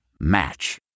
Match